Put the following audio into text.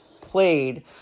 played